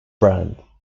brand